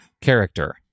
character